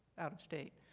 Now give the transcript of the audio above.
out-of-state.